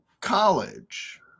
college